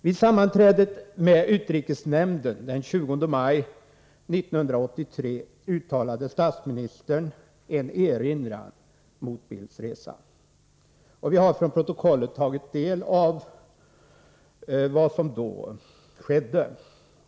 Vid sammanträdet med utrikesnämnden den 20 maj 1983 uttalade statsministern en erinran mot Carl Bildts resa. Vi har från protokollet tagit del av vad som då skedde.